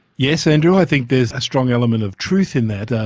yes andrew, i think there's a strong element of truth in that. ah